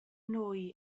nwy